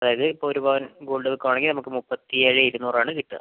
അതായത് ഇപ്പോൾ ഒരു പവൻ ഗോൾഡ് വെക്കുവാണെങ്കിൽ നമുക്ക് മുപ്പത്തേഴ് ഇരുന്നൂറ് ആണ് കിട്ടുക